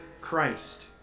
Christ